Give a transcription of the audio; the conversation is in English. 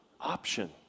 option